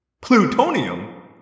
Plutonium